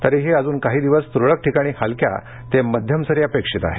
तरीही अजून काही दिवस तुरळक ठिकाणी इलक्या ते मध्यम सरी अपेक्षित आहेत